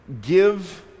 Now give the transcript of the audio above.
Give